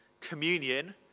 communion